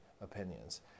opinions